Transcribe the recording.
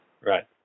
Right